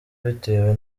bitewe